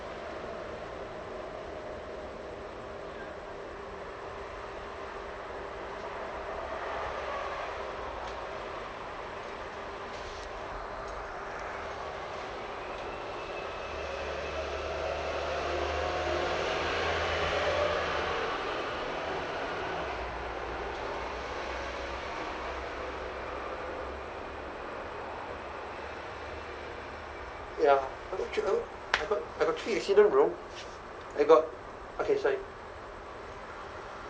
ya I got three I got I got I got three accident bro I got okay sorry